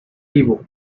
vivo